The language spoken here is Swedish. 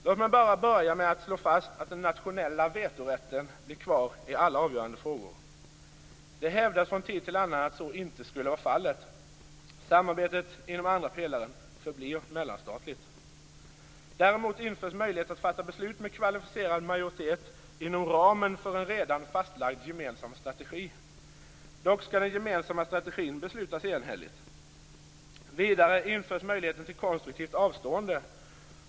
Låt mig bara börja med att slå fast att den nationella vetorätten blir kvar i alla avgörande frågor. Det hävdas från tid till annan att så inte skulle vara fallet. Samarbetet inom andra pelaren förblir mellanstatligt. Däremot införs möjlighet att fatta beslut med kvalificerad majoritet inom ramen för en redan fastlagd gemensam strategi. Dock skall den gemensamma strategin beslutas enhälligt. Vidare införs möjligheten till konstruktivt avstående.